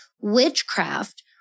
witchcraft